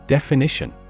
Definition